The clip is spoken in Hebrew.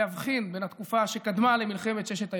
להבחין בין התקופה שקדמה למלחמת ששת הימים,